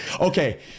Okay